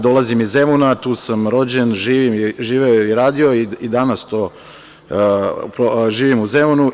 Dolazim iz Zemuna, tu sam rođen, tu sam živeo i radio, a i danas živim u Zemunu.